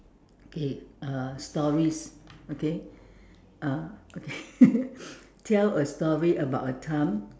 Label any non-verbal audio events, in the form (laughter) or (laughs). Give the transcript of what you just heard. okay uh stories okay uh okay (laughs) tell a story a time